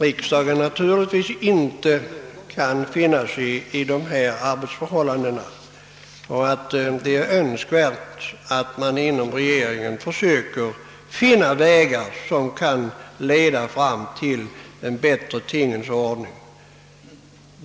Riksdagen kan naturligtvis inte finna sig i dessa arbetsförhållanden, och det är önskvärt att man inom regeringen försöker finna vägar som kan leda fram till en bättre tingens ordning.